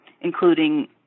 including